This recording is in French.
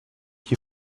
qui